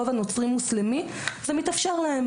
ברובע הנוצרי מוסלמי זה מתאפשר להם